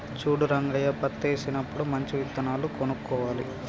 చూడు రంగయ్య పత్తేసినప్పుడు మంచి విత్తనాలు కొనుక్కోవాలి